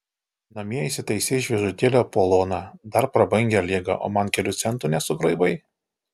namie įsitaisei šviežutėlį apoloną dar prabangią ligą o man kelių centų nesugraibai